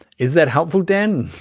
is that helpful dan?